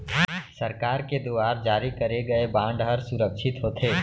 सरकार के दुवार जारी करे गय बांड हर सुरक्छित होथे